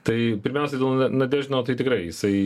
tai pirmiausia dėl nadieždino tai tikrai jisai